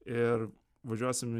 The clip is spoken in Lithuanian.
ir važiuosim į